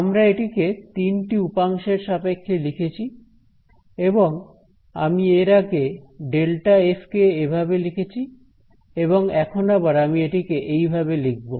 আমরা এটিকে তিনটি উপাংশের সাপেক্ষে লিখেছি এবং আমি এর আগে ডেল্টা এফ ∇f কে এভাবে লিখেছি এবং এখন আবার আমি এটিকে এইভাবে লিখব